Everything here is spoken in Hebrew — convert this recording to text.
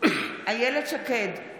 אילת שקד,